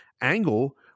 angle